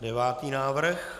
Devátý návrh.